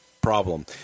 problem